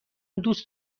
دوست